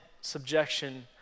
subjection